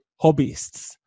hobbyists